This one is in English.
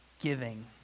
giving